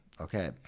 okay